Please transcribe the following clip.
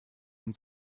und